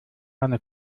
eine